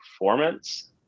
performance